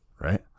Right